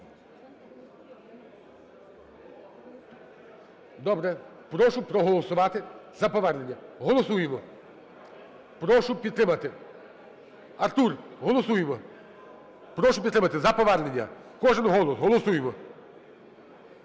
Добре. Прошу проголосувати за повернення. Голосуємо, прошу підтримати. Артур, голосуємо! Прошу підтримати за повернення. Кожен голос, голосуємо.